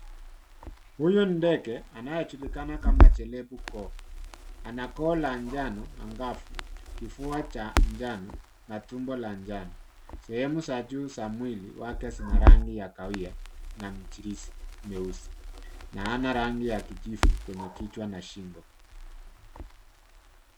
Huyu ni dege anayejulikana kama chelebukoo, anakoo la jano angafu, kifua cha jano na tumbo la jano. Sehumu za juu za mwili wake zinarangi ya kawia na michirizi myeusi na ana rangi ya kijivu kwenye kichwa na shingo.